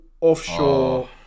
offshore